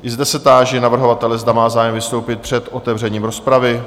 I zde se táži navrhovatele, zda má zájem vystoupit před otevřením rozpravy?